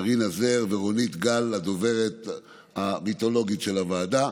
מרינה זר ורונית גל, הדוברת המיתולוגית של הוועדה,